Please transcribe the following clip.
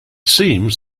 seems